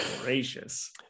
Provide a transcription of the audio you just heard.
gracious